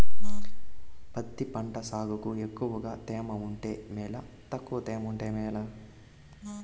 పత్తి పంట సాగుకు ఎక్కువగా తేమ ఉంటే మేలా తక్కువ తేమ ఉంటే మేలా?